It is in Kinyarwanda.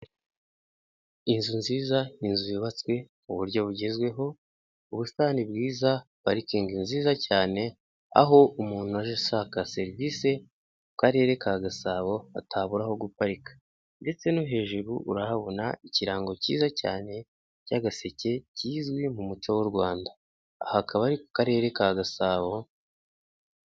Inzu nziza, ni zubatswe mu buryo bugezweho ubusitani bwiza parikingi nziza cyane, aho umuntu aje ashaka serivisi mu karere ka Gasabo, atabura guparika, ndetse no hejuru urahabona ikirango cyiza cyane by'agaseke kizwi mu muco w'u Rwanda aha kaba ari ku karere ka Gasabo.